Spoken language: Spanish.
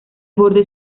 borde